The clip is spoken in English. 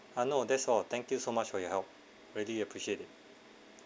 ah no that's all thank you so much for your help really appreciate it